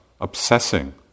obsessing